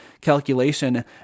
calculation